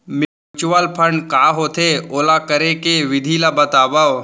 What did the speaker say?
mutual fund का होथे, ओला करे के विधि ला बतावव